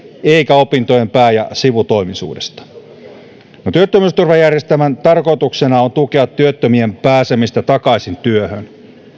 eikä opintojen pää ja sivutoimisuudesta no työttömyysturvajärjestelmän tarkoituksena on tukea työttömien pääsemistä takaisin työhön